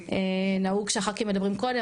נהוג שחברי הכנסת מדברים קודם,